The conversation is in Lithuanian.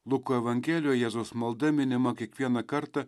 luko evangelijoje jėzaus malda minima kiekvieną kartą